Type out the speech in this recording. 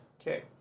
Okay